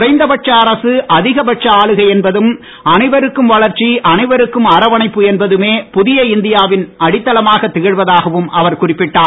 குறைந்தபட்ச அரசு அதிகபட்ச ஆளுகை என்பதும் அனைவருக்கும் வளர்ச்சி அனைவருக்கும் அரவணைப்பு என்பதுமே புதிய இந்தியாவின் அடித்தளமாக திகழ்வதாகவும் அவர் குறிப்பிட்டார்